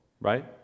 right